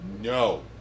No